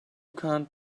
can’t